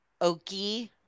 Okie